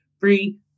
free